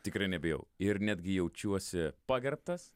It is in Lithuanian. tikrai nebijau ir netgi jaučiuosi pagerbtas